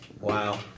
Wow